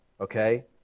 okay